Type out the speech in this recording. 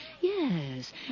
Yes